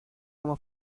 como